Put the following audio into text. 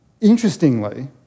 Interestingly